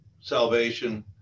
salvation